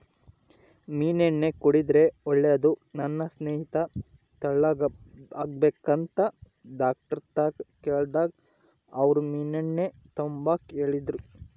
ಮೀನೆಣ್ಣೆ ಕುಡುದ್ರೆ ಒಳ್ಳೇದು, ನನ್ ಸ್ನೇಹಿತೆ ತೆಳ್ಳುಗಾಗ್ಬೇಕಂತ ಡಾಕ್ಟರ್ತಾಕ ಕೇಳ್ದಾಗ ಅವ್ರು ಮೀನೆಣ್ಣೆ ತಾಂಬಾಕ ಹೇಳಿದ್ರು